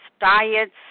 diets